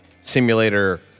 simulator